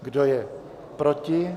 Kdo je proti?